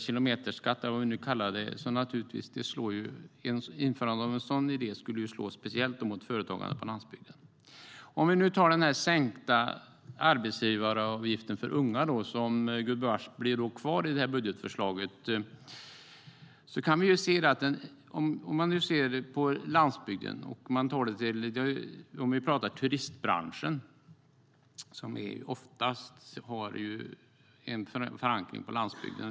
Införandet av en sådan skulle ju naturligtvis slå speciellt mot företagare på landsbygden. Den sänkta arbetsgivaravgiften för unga som gudbevars blir kvar genom det här budgetförslaget. Turistbranschen har oftast en förankring på landsbygden.